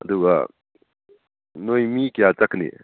ꯑꯗꯨꯒ ꯅꯣꯏ ꯃꯤ ꯀꯌꯥ ꯆꯠꯀꯅꯤ